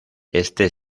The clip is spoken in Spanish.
este